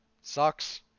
sucks